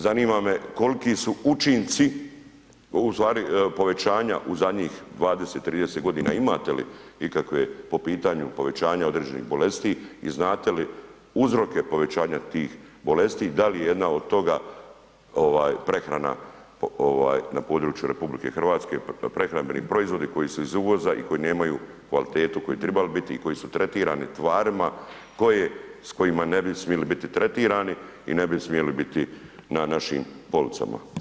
Zanima me koliki su učinci u stvari povećanja u zadnjih 20, 30 godina, imate li ikakve po pitanju povećanja određenih bolesti i znate li uzroke povećanja tih bolesti, da li i jedna od toga prehrana na području RH, prehrambeni proizvodi koji su iz uvoza i koji nemaju kvalitetu koju bi trebali biti i koji su tretirani tvarima s kojima ne bi smjeli biti tretirani i ne bi smjeli biti na našim policama.